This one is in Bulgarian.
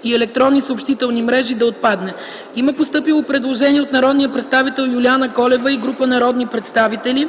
Комисията не подкрепя предложението. Има постъпило предложение от народния представител Юлияна Колева и група народни представители.